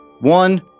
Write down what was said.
One